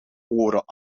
oren